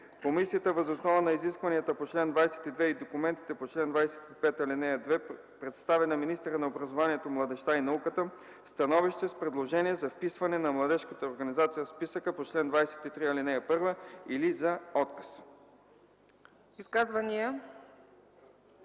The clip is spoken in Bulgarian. Комисията въз основа на изискванията на чл. 22 и документите по чл. 25, ал. 2 представя на министъра на образованието младежта и науката становище с предложение за вписване на младежката организация в списъка по чл. 23, ал. 1 или за отказ.”